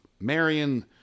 Marion